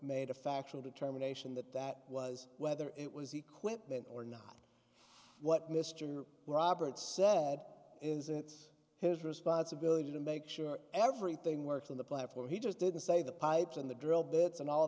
made a factual determination that that was whether it was equipment or not what mr roberts said is it's his responsibility to make sure everything works on the platform he just didn't say the pipes and the drill bits and all